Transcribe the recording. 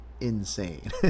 insane